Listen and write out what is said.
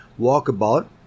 Walkabout